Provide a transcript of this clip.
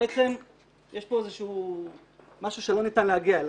בעצם יש פה איזשהו משהו שלא ניתן להגיע עליו.